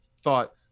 thought